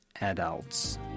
adults